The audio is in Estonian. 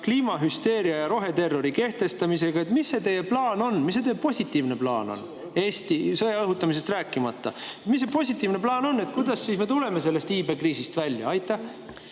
kliimahüsteeria ja roheterrori kehtestamisega? Mis see teie plaan on, mis see teie positiivne plaan on? Ma sõjaõhutamisest ei hakka rääkimagi. Mis see positiivne plaan on, kuidas me siis tuleme sellest iibekriisist välja? Aitäh!